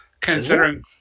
considering